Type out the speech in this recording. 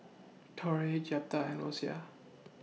Torrie Jeptha and Rosia